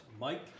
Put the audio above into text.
Mike